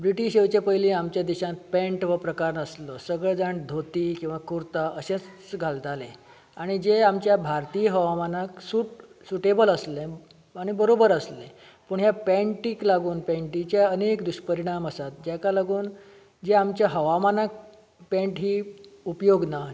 British येवच्या पयली आमच्या देशांन पॅण्ट हो प्रकार नासलो सगळें जाण धोती किंवा कुर्ता अशेंच घालतालें आनी जें आमच्या भारतीय हवामानाक सूट सूटेबल आसलें आनी बरोबर आसलें पूण ह्या पेंटीक लागून पेंटिचें अनेक दुश्परीणाम आसात जाका लागून जे आमच्या हावामानाक पॅण्ट ही उपयोग ना